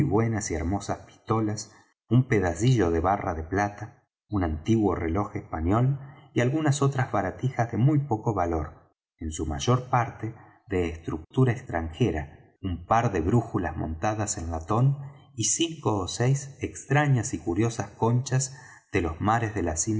buenas y hermosas pistolas un pedacillo de barra de plata un antiguo reloj español y algunas otras baratijas de muy poco valor en su mayor parte de estructura extranjera un par de brújulas montadas en latón y cinco ó seis extrañas y curiosas conchas de los mares de las